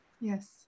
Yes